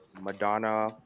madonna